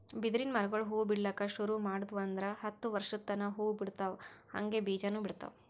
ಬಿದಿರಿನ್ ಮರಗೊಳ್ ಹೂವಾ ಬಿಡ್ಲಕ್ ಶುರು ಮಾಡುದ್ವು ಅಂದ್ರ ಹತ್ತ್ ವರ್ಶದ್ ತನಾ ಹೂವಾ ಬಿಡ್ತಾವ್ ಹಂಗೆ ಬೀಜಾನೂ ಬಿಡ್ತಾವ್